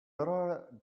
little